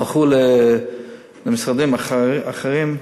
הלכו למשרדים אחרים.